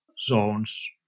zones